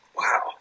Wow